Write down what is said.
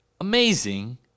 Amazing